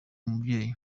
umubyeyi